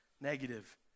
negative